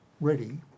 ready